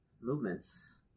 movements